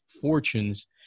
fortunes